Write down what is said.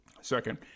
second